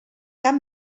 cap